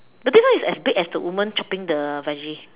but this one is as big as the woman chopping the veggie